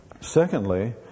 Secondly